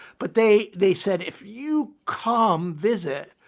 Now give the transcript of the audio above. but they they said if you come visit,